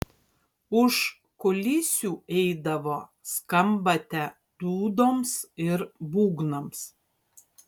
už kulisių eidavo skambate dūdoms ir būgnams